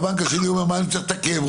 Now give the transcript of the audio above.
והבנק השני אומר: מה אני צריך לתקן?